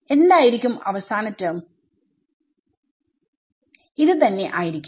എന്തായിരിക്കും അവസാന ടെർമ് തന്നെ ആയിരിക്കും